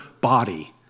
body